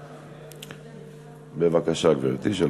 בבקשה, גברתי.